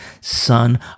Son